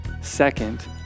Second